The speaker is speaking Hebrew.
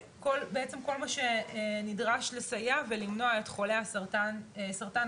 בעצם כל מה שנדרש כדי לסייע ולמנוע את חולי הסרטן הבאים,